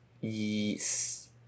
Yes